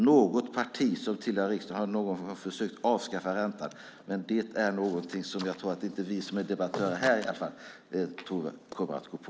Något parti som tillhör riksdagen har någon gång försökt avskaffa räntan, men det är någonting som jag i alla fall inte tror att vi som är debattörer här kommer att gå på.